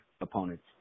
opponents